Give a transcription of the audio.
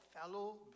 fellow